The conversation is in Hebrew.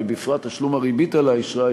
ובפרט תשלום הריבית על האשראי,